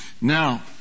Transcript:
now